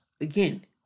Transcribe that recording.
Again